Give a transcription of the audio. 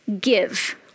give